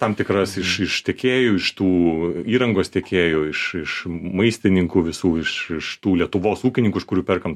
tam tikras iš iš tiekėjų iš tų įrangos tiekėjų iš iš maistininkų visų iš iš tų lietuvos ūkininkų iš kurių perkam